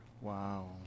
wow